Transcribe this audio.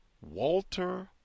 Walter